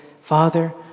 Father